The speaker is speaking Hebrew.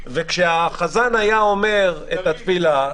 וכשהחזן היה אומר את התפילה,